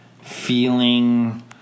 Feeling